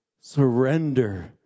Surrender